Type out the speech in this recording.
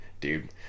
dude